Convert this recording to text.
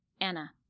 Anna